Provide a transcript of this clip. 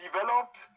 developed